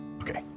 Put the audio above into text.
Okay